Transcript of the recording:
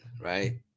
right